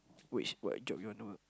which what job you wanna work